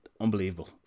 unbelievable